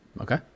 Okay